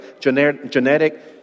genetic